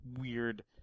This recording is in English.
weird